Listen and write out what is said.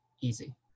Easy